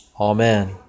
Amen